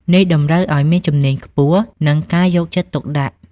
នេះតម្រូវឱ្យមានជំនាញខ្ពស់ និងការយកចិត្តទុកដាក់។